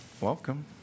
Welcome